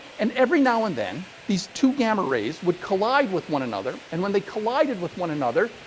and, every now and then, these two gamma rays would collide with one another. and, when they collided with one another,